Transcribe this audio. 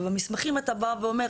ובמסמכים אתה בא ואומר,